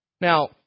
Now